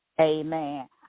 Amen